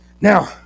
Now